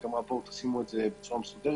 ביקשו שנעביר להם את זה בצורה מסודרת.